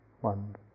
One